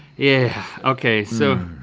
yeah okay. so